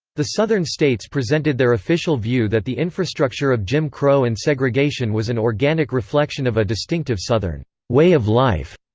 the southern states presented their official view that the infrastructure of jim crow and segregation was an organic reflection of a distinctive southern way of life.